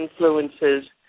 influences